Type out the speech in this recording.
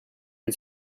and